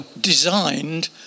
designed